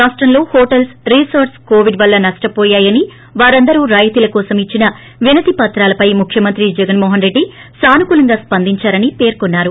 రాష్టంలో hotels resorts Covid వల్ల నష్షపోయాయని వారందరూ రాయితీల కోసం ఇచ్చిన వినతి పత్రాలపై ముఖ్యమంత్రి జగన్మోహన్ రెడ్డి సానుకూలంగా స్పందించారని పేర్కున్నారు